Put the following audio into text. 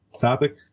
topic